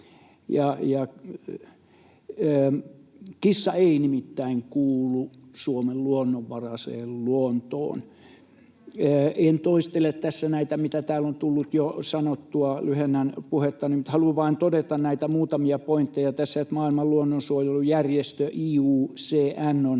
Kissa ei nimittäin kuulu Suomen luonnonvaraiseen luontoon. [Sanna Antikainen: Juuri näin!] En toistele tässä näitä, mitä täällä on tullut jo sanottua. Lyhennän puhettani, mutta haluan vain todeta näitä muutamia pointteja tässä: Maailman luonnonsuojelujärjestö IUCN on